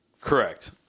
Correct